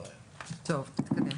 (ט)